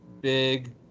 big